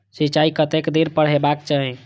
सिंचाई कतेक दिन पर हेबाक चाही?